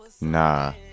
nah